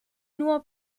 nur